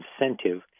incentive